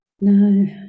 no